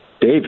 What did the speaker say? Dave